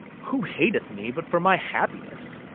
who hateth me but for my happiness?